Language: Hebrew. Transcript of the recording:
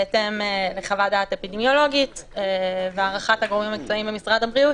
בהתאם לחוות דעת אפידמיולוגית והערכת הגורמים המקצועיים במשרד הבריאות,